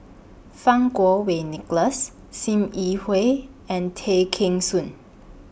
Fang Kuo Wei Nicholas SIM Yi Hui and Tay Kheng Soon